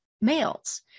males